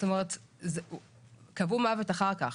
אומרת קבעו את המוות אחר כך.